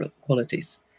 qualities